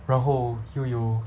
然后又有